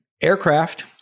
Aircraft